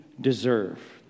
deserve